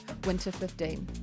WINTER15